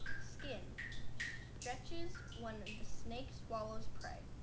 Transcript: skin stretches when the snake swallows prey